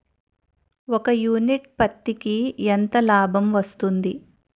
ఒక యూనిట్ పత్తికి ఎంత లాభం వస్తుంది?